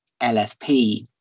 LFP